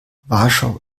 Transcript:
warschau